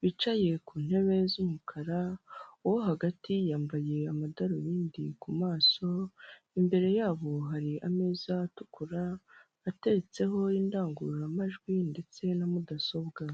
bicaye ku ntebe z'umukara, uwo hagati yambaye amadarubindi ku maso, imbere yabo hari ameza atukura atetseho indangururamajwi ndetse na mudasobwa.